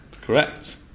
correct